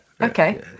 Okay